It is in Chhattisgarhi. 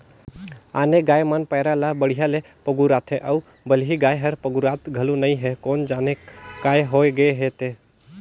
आने गाय मन पैरा ला बड़िहा ले पगुराथे अउ बलही गाय हर पगुरात घलो नई हे कोन जनिक काय होय गे ते